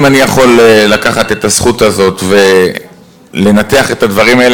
אם אני יכול לקחת את הזכות הזאת ולנתח את הדברים האלה,